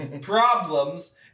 Problems